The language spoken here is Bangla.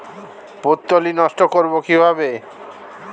পুত্তলি নষ্ট করব কিভাবে?